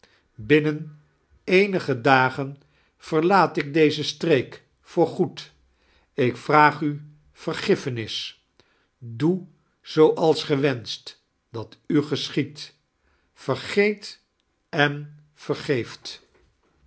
binmen eenige dagen veirlaat ik deze stirieek voor gcedi ik vraag u vergiffenis doe zooals ge weinsciht dat u geschiedt vergeet en vergeeft